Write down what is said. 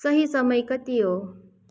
सही समय कति हो